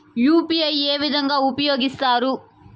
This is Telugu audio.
యు.పి.ఐ ఏ విధంగా ఉపయోగిస్తారు?